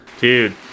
dude